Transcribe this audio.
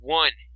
one